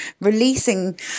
releasing